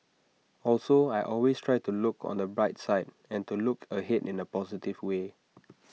also I always try to look on the bright side and to look ahead in A positive way